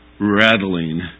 rattling